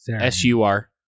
S-U-R